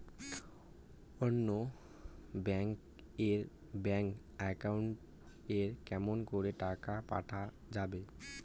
অন্য ব্যাংক এর bank account এ কেমন করে টাকা পাঠা যাবে?